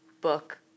book